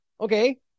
Okay